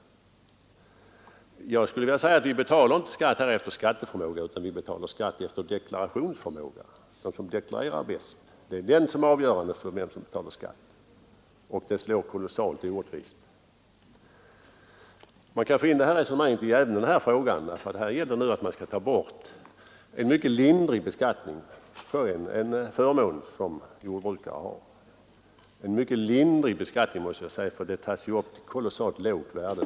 Jag vågar påstå att vi inte betalar skatt i vårt land efter skatteförmåga utan efter deklarationsförmåga. Det är förmågan att deklarera som avgör hur mycket man betalar i skatt, och detta förhållande slår kolossalt orättvist. Man kan föra in detta resonemang även i den här frågan, ty det gäller nu att ta bort en mycket lindrig beskattning av en förmån som jordbrukare har. Det är en mycket lindrig beskattning, eftersom denna förmån tas upp till ett synnerligen lågt värde.